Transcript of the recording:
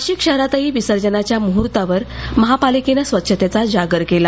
नाशिक शहरातही विसर्जनाच्या मुहूर्तावर महापालिकेनं स्वच्छतेचा जागर केला